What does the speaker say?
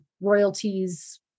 royalties